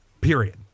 Period